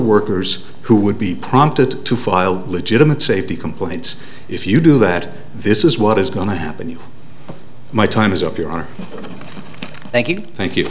workers who would be prompted to file legitimate safety complaints if you do that this is what is going to happen you my time is up your honor thank you thank you